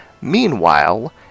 Meanwhile